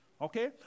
Okay